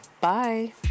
Bye